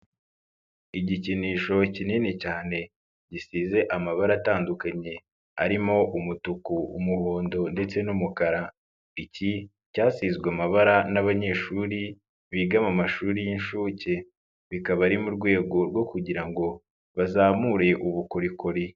Igikinisho kinini cyane gisize amabara atandukanye arimo umutuku, umuhondo ndetse n'umukara, iki cyasizwe amabara n'abanyeshuri biga mu mashuri y'inshuke bikaba ari mu rwego rwo kugira ngo bazamure ubukorikori.